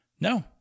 No